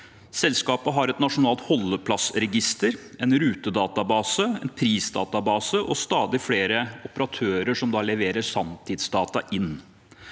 Selskapet har et nasjonalt holdeplassregister, en rutedatabase, en prisdatabase og stadig flere operatører som leverer sanntidsdata inn.